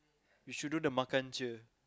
you should do the makan cheer